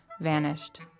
vanished